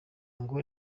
ngo